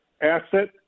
asset